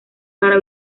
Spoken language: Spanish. para